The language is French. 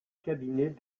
cabinet